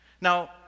Now